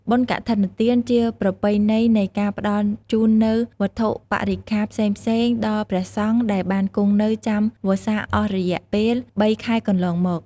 បុណ្យកឋិនទានជាប្រពៃណីនៃការផ្តល់ជូននូវវត្ថុបរិក្ចាផ្សេងៗដល់ព្រះសង្ឃដែលបានគង់នៅចាំវស្សាអស់រយៈពេលបីខែកន្លងមក។